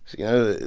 you know,